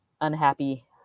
unhappy